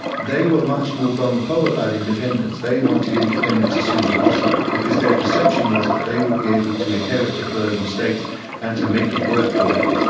they were much more gung-ho about independence. they wanted independence as soon as possible, because their perception was that they would be able to inherit the colonial state and to make it work for them.